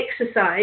exercise